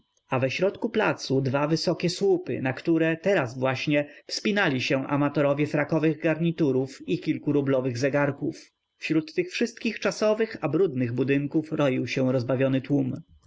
a we środku placu dwa wysokie słupy na które teraz właśnie wspinali się amatorowie frakowych garniturów i kilkurublowych zegarków wśród tych wszystkich czasowych a brudnych budynków roił się rozbawiony tłum